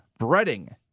breading